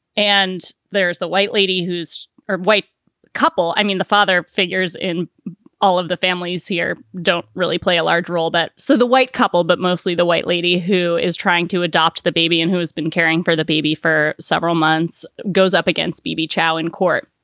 and there's the white lady who's a white couple. i mean, the father figures in all of the families here don't really play a large role. but so the white couple, but mostly the white lady who is trying to adopt the baby and who has been caring for the baby for several months goes up against bebe chao in court.